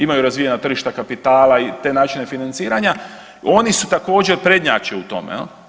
Imaju razvijena tržišta kapitala i te načine financiranja, oni su također, prednjače u tome.